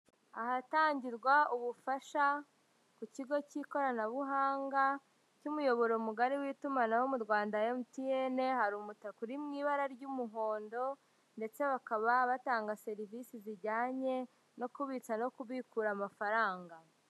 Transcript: Ahatangirwa ubufasha ku kigo cy'ikoranabuhanga cy'umuyoboro mugari w'itumanaho mu Rwanda MTN, hari umutaka uri mu ibara ry'umuhondo ndetse bakaba batanga serivisi zijyanye no kubitsa no kubikura amafaranga.